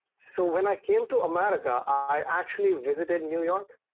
so when i came to america, i actually visited new york